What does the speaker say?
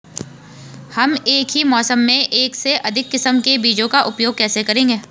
हम एक ही मौसम में एक से अधिक किस्म के बीजों का उपयोग कैसे करेंगे?